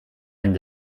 any